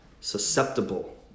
susceptible